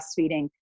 breastfeeding